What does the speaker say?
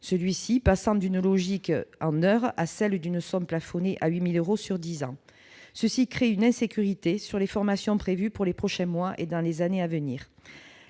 celui-ci passant d'une logique en heures à celle d'une somme plafonnée à 8 000 euros sur dix ans. Cela crée une insécurité sur les formations prévues pour les prochains mois et dans les années à venir.